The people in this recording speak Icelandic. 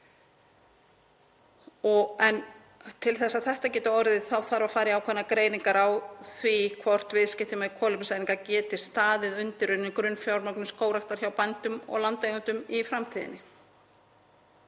En til þess að þetta geti orðið þarf að fara í ákveðnar greiningar á því hvort viðskipti með kolefniseiningar geti staðið undir grunnfjármögnun skógræktar hjá bændum og landeigendum í framtíðinni.